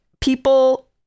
people